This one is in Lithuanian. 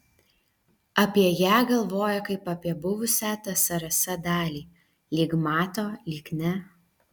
apie ją galvoja kaip apie buvusią tsrs dalį lyg mato lyg ne